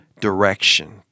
direction